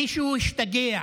מישהו השתגע,